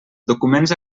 documents